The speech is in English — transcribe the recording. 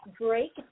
break